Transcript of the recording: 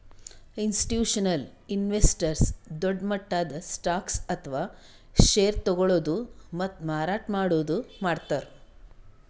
institutional investors ದೊಡ್ಡ್ ಮಟ್ಟದ್ stocks ಅಥವಾ ಷೇರ್ ತಗೋಳದು ಮತ್ತ್ ಮಾರಾಟ್ ಮಾಡದು ಮಾಡ್ತಾರ್